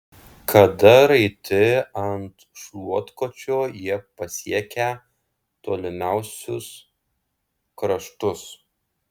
kada raiti ant šluotkočio jie pasiekią tolimiausius kraštus